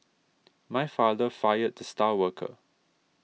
my father fired the star worker